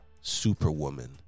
superwoman